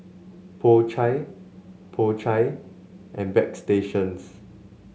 Po Chai Po Chai and Bagstationz